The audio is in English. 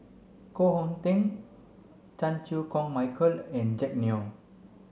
Koh Hong Teng Chan Chew Koon Michael and Jack Neo